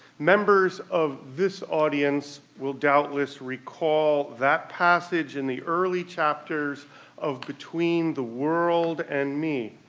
members of this audience will doubtless recall that passage in the early chapters of between the world and me,